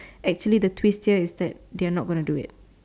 actually the twist here is that they are not gonna do it